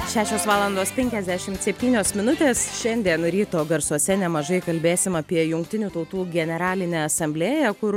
šešios valandos penkiasdešimt septynios minutės šiandien ryto garsuose nemažai kalbėsim apie jungtinių tautų generalinę asamblėją kur